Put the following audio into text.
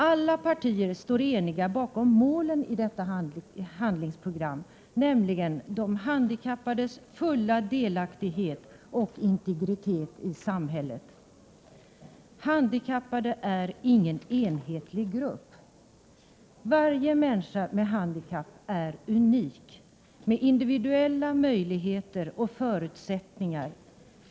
Alla partier står eniga bakom målen i detta handlingsprogram, nämligen de handikappades fulla delaktighet och integritet i samhället. Handikappade är ingen enhetlig grupp. Varje människa med handikapp är unik med individuella möjligheter och förutsättningar.